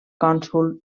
cònsol